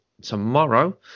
tomorrow